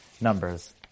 numbers